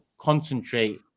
concentrate